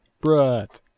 Brut